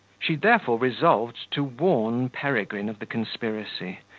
she therefore resolved to warn peregrine of the conspiracy,